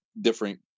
different